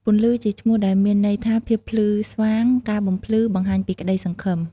ពន្លឺជាឈ្មោះ ដែលមានន័យថាភាពភ្លឺស្វាង ការបំភ្លឺ បង្ហាញពីក្តីសង្ឃឹម។